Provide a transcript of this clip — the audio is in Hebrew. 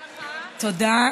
תודה.